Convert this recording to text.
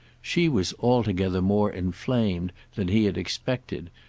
she was altogether more inflamed than he had expected,